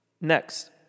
Next